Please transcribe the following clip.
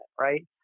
right